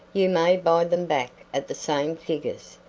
you may buy them back at the same figures.